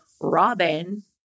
Robin